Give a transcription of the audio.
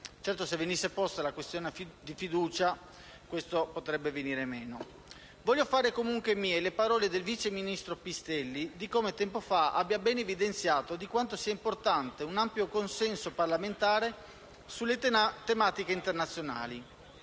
certo, se venisse posta la questione di fiducia, questo potrebbe venire meno. Voglio fare comunque mie le parole del vice ministro Pistelli, che tempo fa ha ben evidenziato quanto sia importante un ampio consenso parlamentare sulle tematiche internazionali.